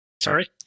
Sorry